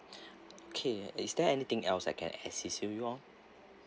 okay is there anything else I can assist you you all